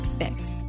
fix